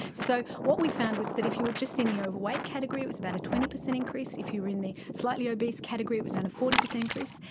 so what we found was that if you were just in the overweight category it was about a twenty percent increase, if you were in the slightly obese category it was around a forty percent increase,